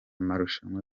marushanwa